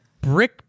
brick